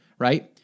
right